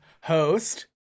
host